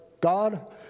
God